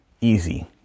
easy